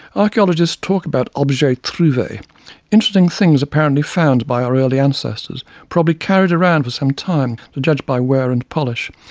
archaeologists talk about objets trouves, interesting things apparently found by our early ancestors, probably carried around for some time to judge by wear and polish,